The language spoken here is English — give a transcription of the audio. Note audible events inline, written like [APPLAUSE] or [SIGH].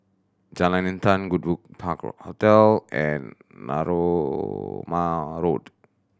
Jalan Intan Goodwood Park [UNINTELLIGIBLE] Hotel and Narooma Road